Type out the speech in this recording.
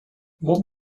what